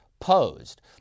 posed